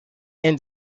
and